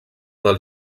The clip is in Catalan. del